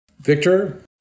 Victor